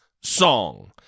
song